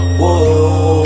Whoa